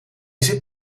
zit